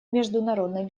международной